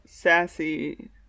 sassy